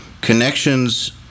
connections